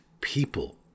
people